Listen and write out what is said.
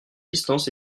distance